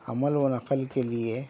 حمل و نقل کے لیے